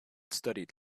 studied